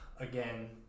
Again